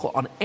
on